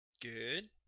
Good